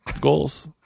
Goals